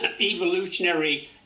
evolutionary